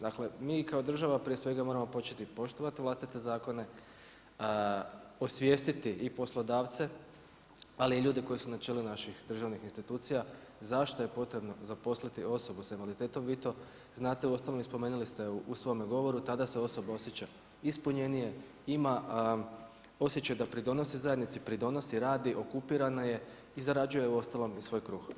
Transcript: Dakle, mi kao država prije svega moramo početi poštovati vlastite zakone, osvijestiti i poslodavce ali i ljude koji su na čelu naših državnih institucija, zašto je potrebno zaposliti osobu s invaliditetom, vi to znate, uostalom, spomenuli ste u svome govoru, tada se osoba osjeća ispunjenje, ima osjećaj da pridonosi zajednici, pridonosi, radi, okupirana je i zarađujem uostalom i svoj kruh.